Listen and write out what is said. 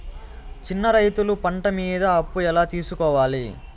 చిన్న రైతులు పంట మీద అప్పు ఎలా తీసుకోవాలి?